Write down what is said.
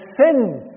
sins